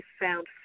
found